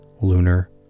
Lunar